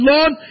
Lord